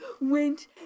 went